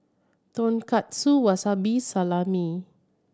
Tonkatsu Wasabi Salami